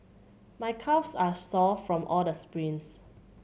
my calves are sore from all the sprints